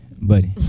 buddy